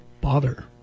bother